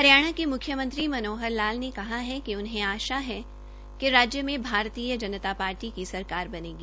हरियाणा के म्ख्यमंत्री मनोहर लाल ने कहा है कि उन्हें आशा है कि राज्य में भारतीय जनता पार्टी की सरकार बनेगी